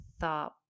thought